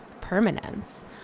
permanence